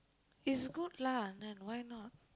is good lah then why not